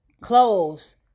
clothes